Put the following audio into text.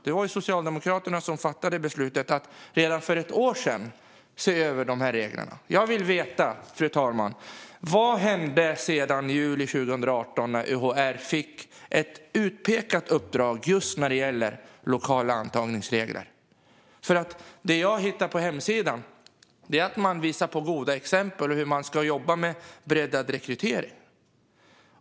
Det var Socialdemokraterna som redan för ett år sedan fattade beslutet att se över reglerna. Fru talman! Jag vill veta: Vad hände efter juli 2018 då UHR fick ett utpekat uppdrag när det gäller lokala antagningsregler? Det jag hittar på hemsidan är att man visar på goda exempel och på hur man ska jobba med breddad rekrytering.